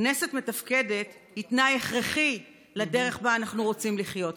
כנסת מתפקדת היא תנאי הכרחי לדרך שבה אנחנו רוצים לחיות כאן.